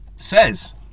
Says